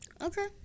Okay